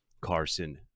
Carson